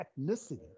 ethnicity